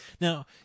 Now